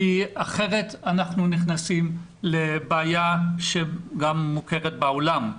כי אחרת אנחנו נכנסים לבעיה שגם מוכרת בעולם.